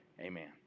Amen